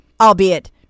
albeit